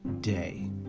day